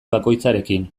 bakoitzarekin